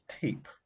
tape